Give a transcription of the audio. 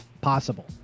possible